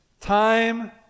Time